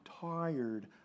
tired